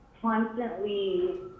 constantly